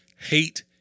hate